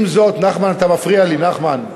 עם זאת, נחמן, אתה מפריע לי, נחמן.